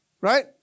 Right